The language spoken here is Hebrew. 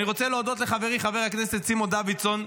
אני רוצה להודות לחברי חבר הכנסת סימון דוידסון,